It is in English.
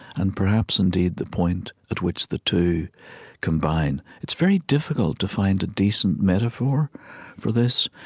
and perhaps, indeed, the point at which the two combine. it's very difficult to find a decent metaphor for this.